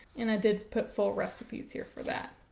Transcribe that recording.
and i did put full recipes here for that.